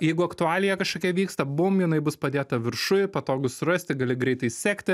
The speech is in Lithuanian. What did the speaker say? jeigu aktualija kažkokia vyksta bum jinai bus padėta viršuj patogu surasti gali greitai sekti